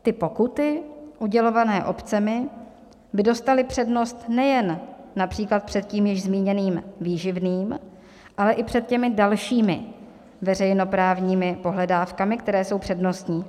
Ty pokuty udělované obcemi by dostaly přednost nejen například před tím již zmíněným výživným, ale i před těmi dalšími veřejnoprávními pohledávkami, které jsou přednostní.